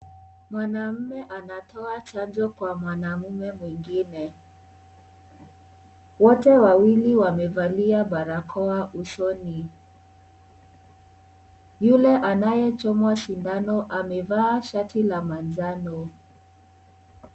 Mwanaume anatoa chanjo kwa mwanaume mwingine. Wote wawili wamevalia barakoa usoni. Yule anayechomwa sindano amevaa shati la manjano.